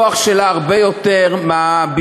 הכוח שלה הוא הרבה יותר מהביצוע.